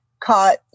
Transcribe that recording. caught